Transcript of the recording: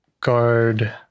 guard